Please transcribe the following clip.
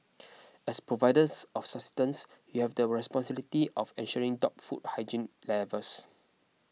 as providers of sustenance you have the responsibility of ensuring top food hygiene levels